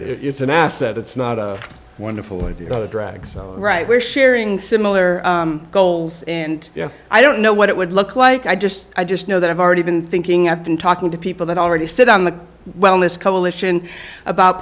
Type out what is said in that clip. it's an asset it's not a wonderful if you know the drags right we're sharing similar goals and yeah i don't know what it would look like i just i just know that i've already been thinking i've been talking to people that already said on the wellness coalition about